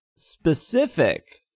specific